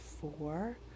four